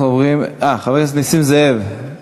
חבר הכנסת נסים זאב,